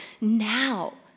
now